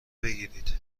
بگیرید